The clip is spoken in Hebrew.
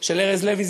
של ארז לוי,